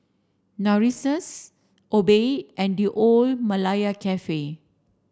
Narcissus Obey and The Old Malaya Cafe